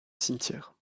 cimetière